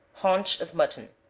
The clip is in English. haunch of mutton.